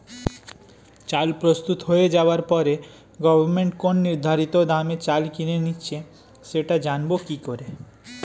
চাল প্রস্তুত হয়ে যাবার পরে গভমেন্ট কোন নির্ধারিত দামে চাল কিনে নিচ্ছে সেটা জানবো কি করে?